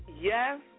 Yes